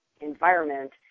environment